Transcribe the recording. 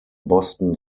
boston